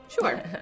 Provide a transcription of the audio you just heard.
Sure